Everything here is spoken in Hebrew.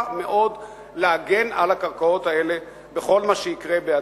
מאוד להגן על הקרקעות האלה בכל מה שיקרה בעתיד.